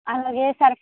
అలాగే సర్ఫ్